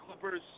Clippers